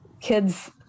kids